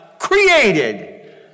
created